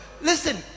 Listen